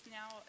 now